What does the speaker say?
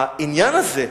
העניין הזה,